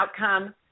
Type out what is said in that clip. outcome